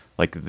like,